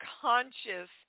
conscious